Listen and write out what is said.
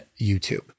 YouTube